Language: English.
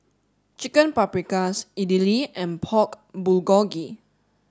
Chicken Paprikas Idili and Pork Bulgogi